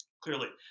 Clearly